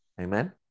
Amen